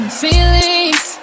feelings